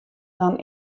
dan